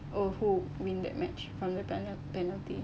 oh who win that match from the penal~ penalty